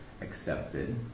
accepted